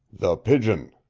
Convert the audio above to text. the pigeon,